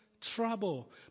trouble